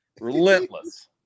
Relentless